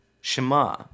Shema